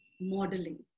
modeling